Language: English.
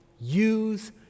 Use